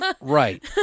Right